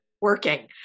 working